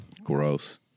Gross